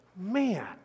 man